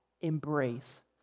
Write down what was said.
embrace